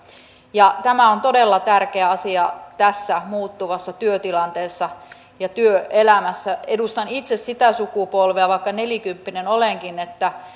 ja tämä on todella tärkeä asia tässä muuttuvassa työtilanteessa ja työelämässä edustan itse sitä sukupolvea vaikka nelikymppinen olenkin että